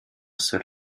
seul